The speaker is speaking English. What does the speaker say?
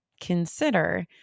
consider